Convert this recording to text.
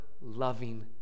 loving